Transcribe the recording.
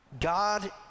God